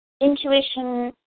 Intuition